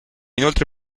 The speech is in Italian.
inoltre